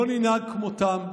לא ננהג כמותם.